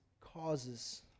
causes